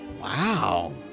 Wow